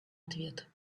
ответ